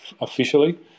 officially